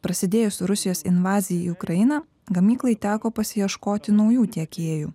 prasidėjus rusijos invazijai į ukrainą gamyklai teko pasiieškoti naujų tiekėjų